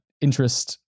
interest